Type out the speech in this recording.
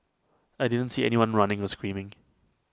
I didn't see anyone running or screaming